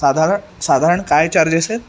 साधारण साधारण काय चार्जेस आहेत